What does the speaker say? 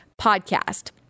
podcast